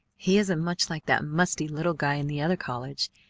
he isn't much like that musty little guy in the other college.